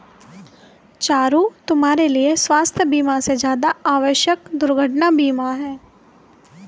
चारु, तुम्हारे लिए स्वास्थ बीमा से ज्यादा आवश्यक दुर्घटना बीमा है